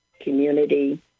community